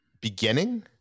beginning